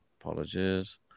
Apologies